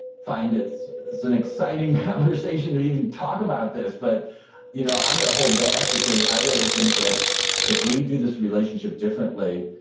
find it's an exciting conversation to even talk about this, but you know i'm going to hold back because i really think that if we do this relationship differently,